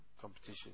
competition